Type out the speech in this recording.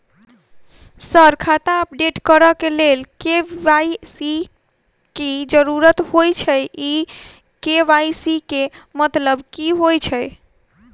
Sir खाता update करऽ लेल के.वाई.सी की जरुरत होइ छैय इ के.वाई.सी केँ मतलब की होइ छैय?